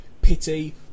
pity